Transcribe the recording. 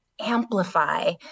amplify